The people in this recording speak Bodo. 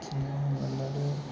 बिदिनो माब्लाबा